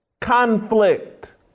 Conflict